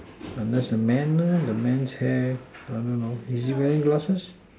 there's a man lah the man chair I don't know is he wearing glasses